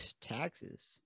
Taxes